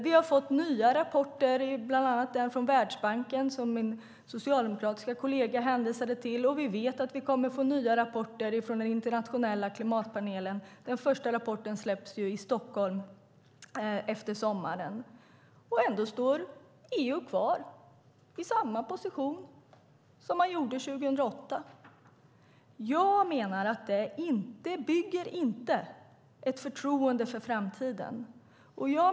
Vi har fått nya rapporter, bland annat den från Världsbanken som min socialdemokratiska kollega hänvisade till, och vi vet att vi kommer att få nya rapporter från den internationella klimatpanelen. Den första rapporten släpps i Stockholm efter sommaren. Ändå står EU kvar i samma position som man gjorde 2008. Jag menar att det inte bygger ett förtroende för framtiden.